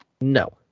No